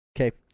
Okay